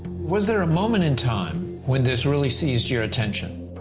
was there a moment in time when this really seized your attention?